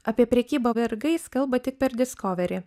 apie prekybą vergais kalba tik per diskoverį